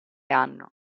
anno